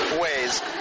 ways